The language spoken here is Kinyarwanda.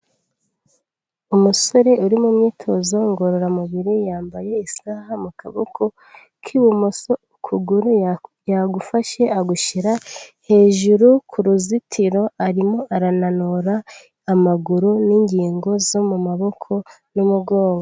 Umusore uri mu myitozo ngororamubiri, yambaye isaha mu kaboko k'ibumoso, ukuguru yagufashe agushyira hejuru ku ruzitiro, arimo arananura amaguru n'ingingo zo mu maboko n'umugongo.